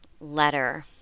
letter